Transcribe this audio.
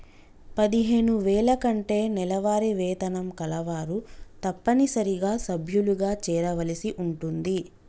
పదిహేను వేల కంటే నెలవారీ వేతనం కలవారు తప్పనిసరిగా సభ్యులుగా చేరవలసి ఉంటుంది